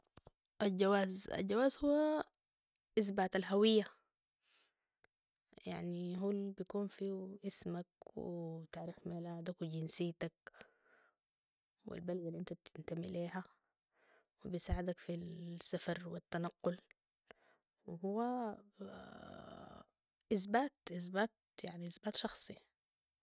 الجواز ، الجوازهو إثبات الهوية يعني هو البيكون فيو اسمك وتاريخ ميلادك وجنسيتك والبلد الأنت بتنتمي ليها وبيساعدك في السفر والتنقل وهو اثبات إثبات يعني اثبات شخصي